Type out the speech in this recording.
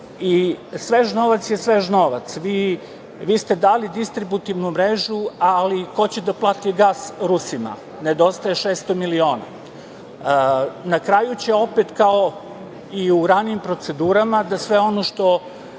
Svež novac je svež novac. Vi ste dali distributivnu mrežu, ali ko će da plati gas Rusima, nedostaje 600 miliona. Na kraju će opet kao i u ranijim procedurama da sve ono što